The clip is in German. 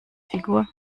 figur